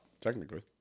technically